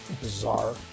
Bizarre